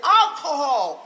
alcohol